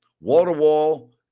wall-to-wall